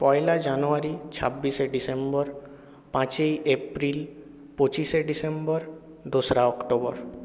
পয়লা জানুয়ারি ছাব্বিশে ডিসেম্বর পাঁচই এপ্রিল পঁচিশে ডিসেম্বর দোসরা অক্টোবর